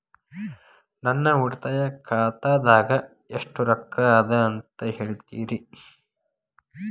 ನನ್ನ ಉಳಿತಾಯ ಖಾತಾದಾಗ ಎಷ್ಟ ರೊಕ್ಕ ಅದ ಅಂತ ಹೇಳ್ತೇರಿ?